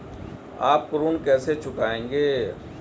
आप ऋण कैसे चुकाएंगे?